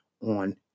on